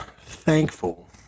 thankful